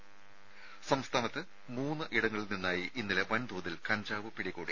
ത സംസ്ഥാനത്ത് മൂന്നിടങ്ങളിൽ നിന്നായി ഇന്നലെ വൻതോതിൽ കഞ്ചാവ് പിടികൂടി